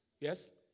Yes